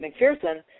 McPherson